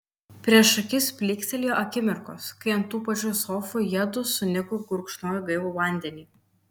prieš akis plykstelėjo akimirkos kai ant tų pačių sofų jiedu su niku gurkšnojo gaivų vandenį